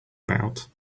about